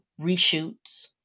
reshoots